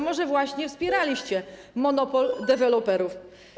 Może właśnie wspieraliście monopol deweloperów.